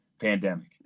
pandemic